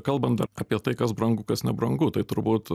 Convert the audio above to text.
kalbant apie tai kas brangu kas nebrangu tai turbūt